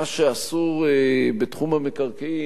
מה שאסור בתחום המקרקעין,